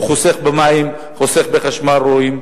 הוא חוסך במים וחוסך בחשמל, רואים.